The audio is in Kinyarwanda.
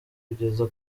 kugeza